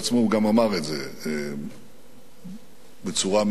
הוא גם אמר את זה בצורה מסוימת,